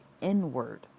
inward